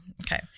Okay